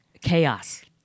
Chaos